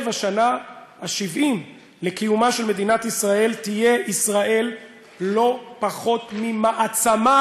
השנה ה-70 לקיומה של מדינת ישראל תהיה ישראל לא פחות ממעצמה,